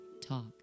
TALK